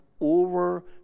over